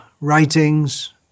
writings